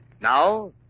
Now